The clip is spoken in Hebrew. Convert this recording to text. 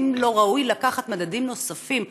האם לא ראוי לקחת מדדים נוספים,